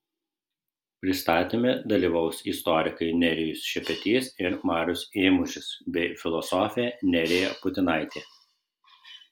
pristatyme dalyvaus istorikai nerijus šepetys ir marius ėmužis bei filosofė nerija putinaitė